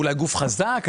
אולי גוף חזק,